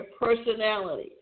personality